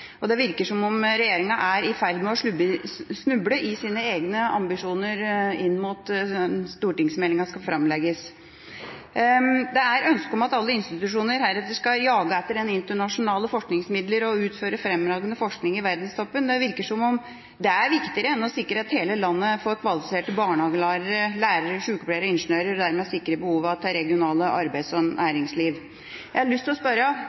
og høgskolenes samfunnsoppdrag. Det virker som om regjeringa er i ferd med å snuble i sine egne ambisjoner inn mot at stortingsmeldinga skal framlegges. Det er ønske om at alle institusjoner heretter skal jage etter internasjonale forskningsmidler og utføre fremragende forskning i verdenstoppen. Det virker som om det er viktigere enn å sikre at hele landet får kvalifiserte barnehagelærere, lærere, sykepleiere og ingeniører og dermed sikre behovene til regionalt arbeids- og næringsliv. Jeg har lyst til å spørre: